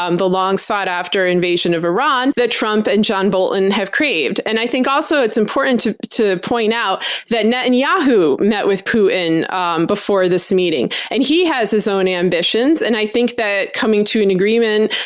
um the long-sought after invasion of iran that trump and john bolton have craved. and i think, also, it's important to to point out that netanyahu met with putin before this meeting, and he has his own ambitions. and i think that coming to an agreement,